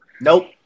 Nope